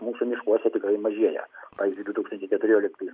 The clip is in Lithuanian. mūsų miškuose tikrai mažėja pavyzdžiui du tūkstančiai keturioliktais